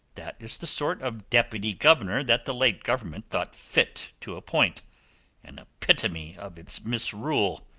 that is the sort of deputy-governor that the late government thought fit to appoint an epitome of its misrule,